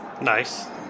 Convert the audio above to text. Nice